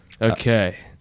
Okay